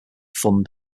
fun